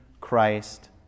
Christ